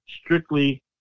strictly